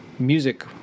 music